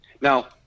Now